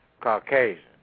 Caucasian